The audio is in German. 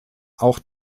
auch